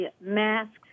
masks